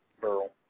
Burl